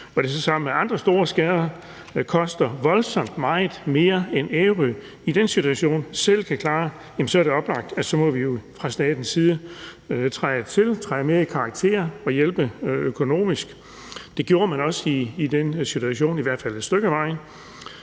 så sammen med andre store skader koster voldsomt meget mere, end Ærø i den situation selv kan klare, så er det oplagt, at vi jo så fra statens side må træde til, træde mere i karakter og hjælpe økonomisk. Det gjorde man også i den situation, i hvert fald et stykke ad vejen.